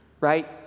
right